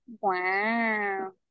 Wow